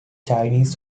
chinese